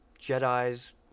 Jedis